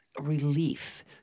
relief